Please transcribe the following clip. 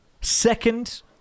second